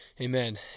Amen